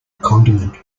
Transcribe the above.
condiment